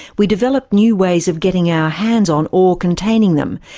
we developed new ways of getting our hands on ore containing them,